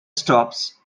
stops